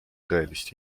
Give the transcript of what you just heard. tõelist